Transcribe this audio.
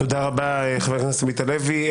תודה רבה, חבר הכנסת עמית הלוי.